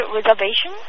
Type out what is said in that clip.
Reservation